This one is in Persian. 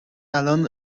الان